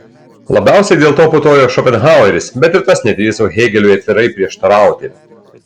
labiausiai dėl to putojo šopenhaueris bet ir tas nedrįso hėgeliui atvirai prieštarauti